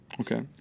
Okay